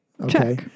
Okay